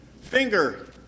finger